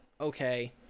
okay